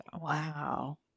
Wow